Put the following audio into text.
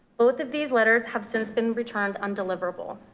both of these letters have since been returned undeliverable.